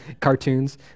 cartoons